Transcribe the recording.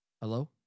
Hello